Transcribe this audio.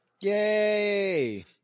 Yay